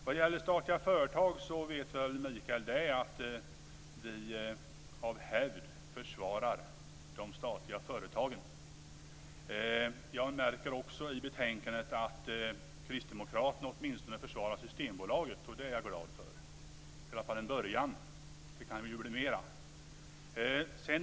Vad gäller statliga företag vet Mikael Ocarsson att vi av hävd försvarar de statliga företagen. Jag märker i betänkandet att Kristdemokraterna åtminstone försvarar Systembolaget, och det är jag glad för. Det är i varje fall en början. Det kan bli mera.